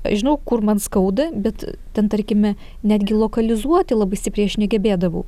aš žinau kur man skauda bet ten tarkime netgi lokalizuoti labai stipriai aš negebėdavau